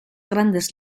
grandes